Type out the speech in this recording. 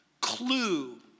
clue